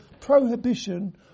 prohibition